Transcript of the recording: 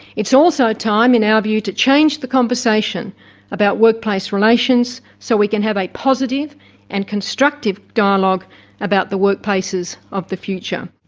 it's also time, in our view, to change the conversation about workplace relations so we can have a positive and constructive dialogue about the workplaces of the future.